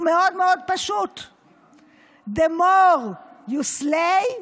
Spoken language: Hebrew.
מאוד מאוד פשוט: The more you slay,